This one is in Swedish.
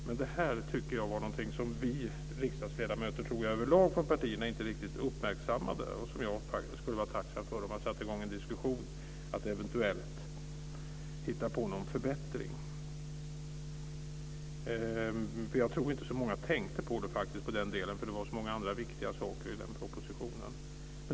Men detta var något som vi riksdagsledamöter i partierna över lag inte uppmärksammade. Jag skulle vara tacksam för om en diskussion sattes i gång för att eventuellt hitta på någon förbättring. Jag tror inte att så många tänkte på den delen eftersom det var så många andra viktiga saker i propositionen.